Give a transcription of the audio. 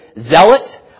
zealot